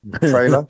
trailer